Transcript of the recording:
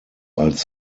als